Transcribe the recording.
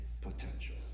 potential